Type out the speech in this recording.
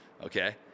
okay